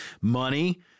Money